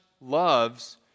loves